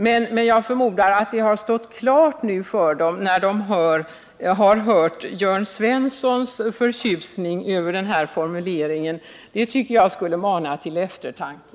Men jag förmodar att det står klart för dem nu när de har hört Jörn Svenssons förtjusning över den här formuleringen. Det tycker jag skulle mana till eftertanke.